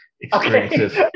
experiences